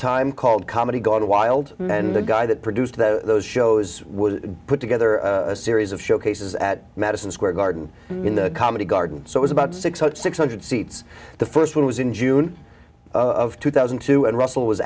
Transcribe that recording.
time called comedy gold wild men the guy that produced those shows would put together a series of showcases at madison square garden in the comedy garden so i was about sixty thousand six hundred seats the st one was in june of two thousand and two and russell was